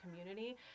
community